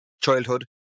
childhood